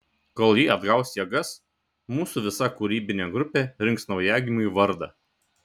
kol ji atgaus jėgas mūsų visa kūrybinė grupė rinks naujagimiui vardą